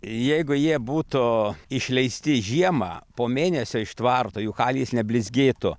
jeigu jie būtų išleisti žiemą po mėnesio iš tvarto jų kailis neblizgėtų